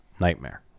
Nightmare